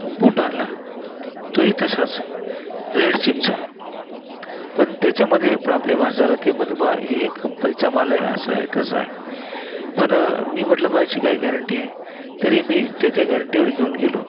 बूट आणला तोही तसाच रेड चीफचा पण त्याच्यामध्ये प्रॉब्लेम असा झाला ते म्हणाले बुवा हे कंपनीचा माल आहे असा आहे तसा आहे पण मी म्हटलं बुवा याची काय गॅरंटी आहे तरी मी त्याच्या गॅरंटीवर घेऊन गेलो